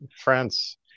France